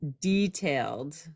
detailed